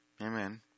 Amen